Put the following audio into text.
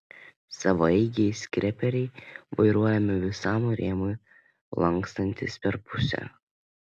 savaeigiai skreperiai vairuojami visam rėmui lankstantis per pusę